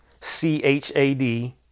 C-H-A-D